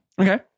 okay